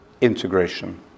integration